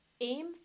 aim